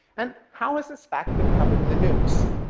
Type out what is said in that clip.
and how has this fact been covered in the news?